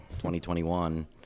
2021